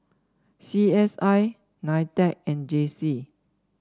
C S I Nitec and J C